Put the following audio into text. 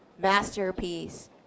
Masterpiece